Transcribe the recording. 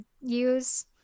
use